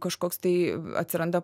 kažkoks tai atsiranda